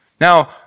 Now